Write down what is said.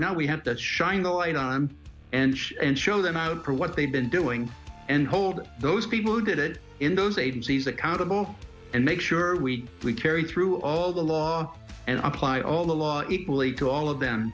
now we have that shine a light on and and show them out for what they've been doing and hold those people who did it in those agencies accountable and make sure we carry through all the law and apply all the law equally to all of them